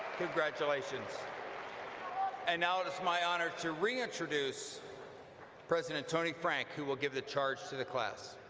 congratulations and now, it is my honor to re-introduce president tony frank, who will give the charge to the class.